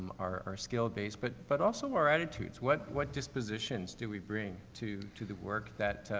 our, our skill base, but, but also our attitudes. what, what dispositions do we bring to, to the work that,